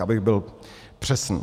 Abych byl přesný.